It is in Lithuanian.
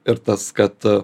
ir tas kad